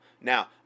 Now